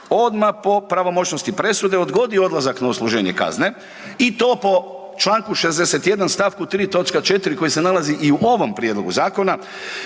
odmah po pravomoćnosti presude odgodio odlazak na odsluženje kazne i to po čl. 61. st. 3. toč. 4 koji se nalazi i u ovom prijedlogu zakona